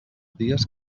dies